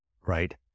right